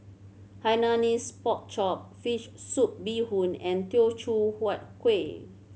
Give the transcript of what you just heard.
Hainanese Pork Chop fish soup bee hoon and Teochew Huat Kueh